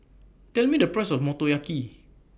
Tell Me The Price of Motoyaki